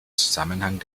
zusammenhang